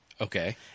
Okay